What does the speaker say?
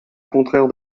contraire